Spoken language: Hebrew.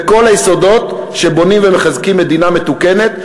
בכל היסודות שבונים ומחזקים מדינה מתוקנת,